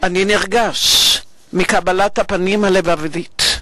אני נרגש מקבלת הפנים הלבבית,